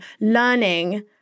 learning